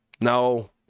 no